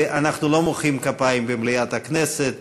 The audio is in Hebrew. אנחנו לא מוחאים כפיים במליאת הכנסת,